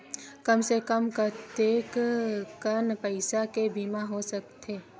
कम से कम कतेकन पईसा के बीमा हो सकथे?